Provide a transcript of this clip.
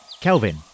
Kelvin